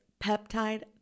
peptide